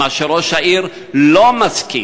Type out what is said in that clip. מה שראש העיר לא מסכים.